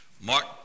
Mark